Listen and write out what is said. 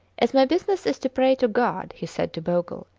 as my business is to pray to god, he said to bogle,